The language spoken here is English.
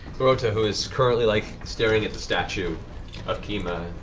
clarota, who is currently like staring at the statue of kima,